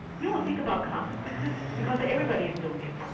you don't think about consequences because everybody is doing it.